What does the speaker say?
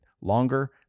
Longer